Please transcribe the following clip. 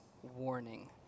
warning